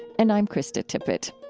and i'm krista tippett